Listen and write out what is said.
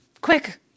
quick